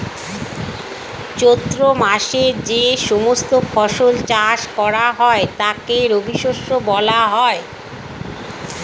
চৈত্র মাসে যে সমস্ত ফসল চাষ করা হয় তাকে রবিশস্য বলা হয়